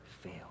fail